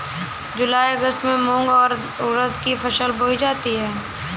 जूलाई अगस्त में मूंग और उर्द की फसल बोई जाती है